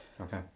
Okay